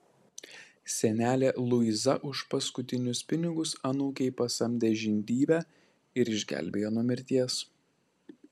senelė luiza už paskutinius pinigus anūkei pasamdė žindyvę ir išgelbėjo nuo mirties